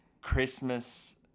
Christmas